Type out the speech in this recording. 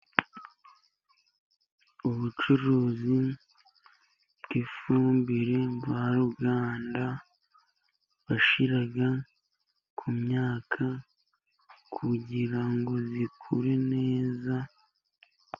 Ubucuruzi bw'ifumbire mvaruganda bashyira ku myaka, kugira ngo ikure neza.